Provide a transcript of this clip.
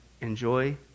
Enjoy